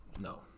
No